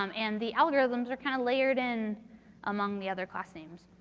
um and the algorithms are kind of layered in among the other class names.